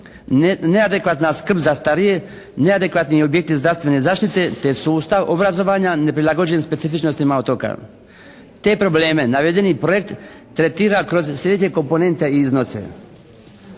neadekvatna skrb za starije, neadekvatni objekti zdravstvene zaštite te sustav obrazovanja neprilagođen specifičnostima otoka. Te probleme navedeni projekt tretira kroz srednje komponente i iznose.